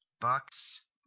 Bucks